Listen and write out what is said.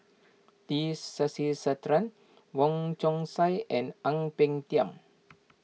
T Sasitharan Wong Chong Sai and Ang Peng Tiam